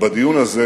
ובדיון הזה